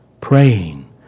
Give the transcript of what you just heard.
Praying